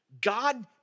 God